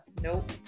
Nope